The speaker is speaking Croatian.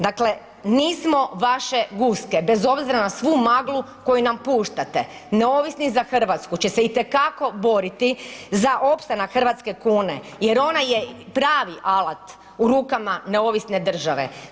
Dakle, nismo vaše guske bez obzira na svu maglu koju nam puštate, Neovisni za Hrvatsku će se i te kako boriti za opstanak hrvatske kune jer ona je pravi alat u rukama neovisne države.